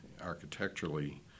architecturally